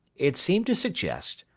it seemed to suggest,